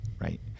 right